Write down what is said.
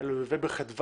אלא ילווה בחדווה,